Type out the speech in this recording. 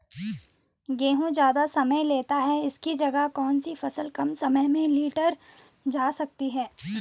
गेहूँ ज़्यादा समय लेता है इसकी जगह कौन सी फसल कम समय में लीटर जा सकती है?